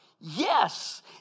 Yes